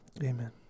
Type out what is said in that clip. Amen